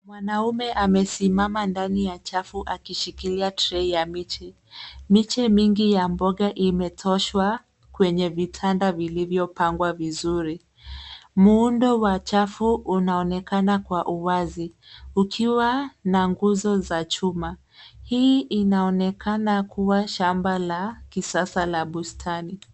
Mwanaume amesimama ndani ya chafu ukishikilia trei ya miche. Miche mingi ya mboga imetoshwa kwenye vitanda vilivyopangwa vizuri. Muundo wa chafu unaonekana kwa u wazi ukiwa na nguzo za chuma. Hii inaonekana kuwa shamba la kisasa na la bustani.